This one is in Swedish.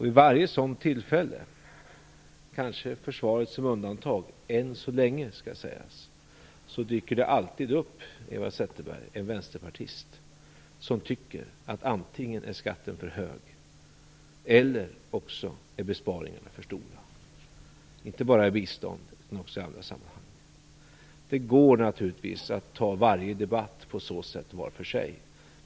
Vid varje sådant tillfälle - kanske med försvaret som undantag än så länge - dyker det alltid upp en vänsterpartist som antingen tycker att skatten är för hög eller att besparingarna är för stora. Det gäller inte bara bistånd utan också andra sammanhang. Det går naturligtvis att ta varje debatt för sig.